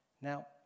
Now